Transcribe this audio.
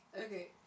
Okay